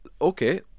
okay